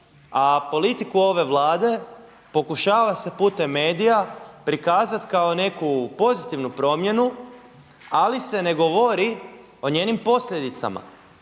a politiku ove Vlade pokušava se putem medija prikazati kao neku pozitivnu promjenu ali se ne govori o njenim posljedicama